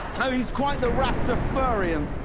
ah he is quite the rasta-furian.